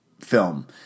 film